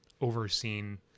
overseen